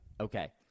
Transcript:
Okay